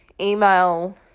email